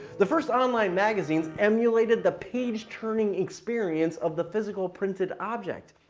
the first online magazines emulated the page turning experience of the physical printed object.